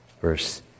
verse